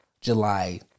July